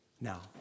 Now